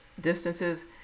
distances